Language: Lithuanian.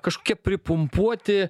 kažkokie pripumpuoti